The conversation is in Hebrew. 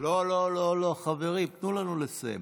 לא, לא, לא, חברים, תנו לנו לסיים.